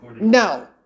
No